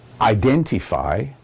identify